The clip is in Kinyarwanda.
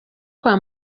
kwa